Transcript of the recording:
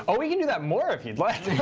ah we can do that more if you'd like.